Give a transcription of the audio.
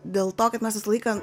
dėl to kad mes visą laiką